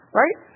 right